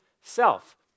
self